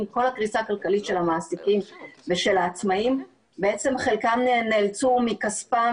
עם כל הקריסה הכלכלית של המעסיקים ושל העצמאים בעצם חלקם נאלצו מכספם